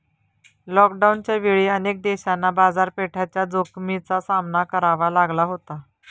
लॉकडाऊनच्या वेळी अनेक देशांना बाजारपेठेच्या जोखमीचा सामना करावा लागला होता